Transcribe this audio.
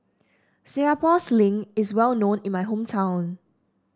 Singapore Sling is well known in my hometown